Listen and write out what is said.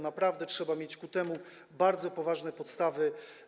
Naprawdę trzeba mieć ku temu bardzo poważne podstawy.